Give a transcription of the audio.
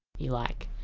you like.